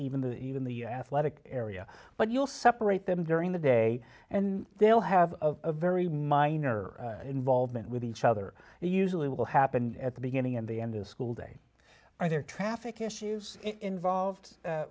even the even the athletic area but you'll separate them during the day and they'll have a very minor involvement with each other and usually will happen at the beginning and the end of the school day are there traffic issues involved